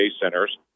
centers